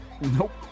Nope